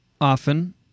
often